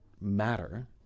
matter